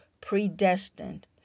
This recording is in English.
predestined